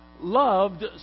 loved